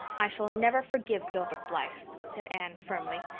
i shall never forgive gilbert blythe, said anne firmly.